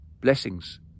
Blessings